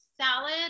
salad